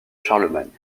charlemagne